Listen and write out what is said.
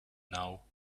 now